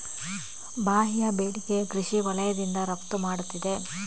ಬಾಹ್ಯ ಬೇಡಿಕೆಯು ಕೃಷಿ ವಲಯದಿಂದ ರಫ್ತು ಮಾಡುತ್ತಿದೆ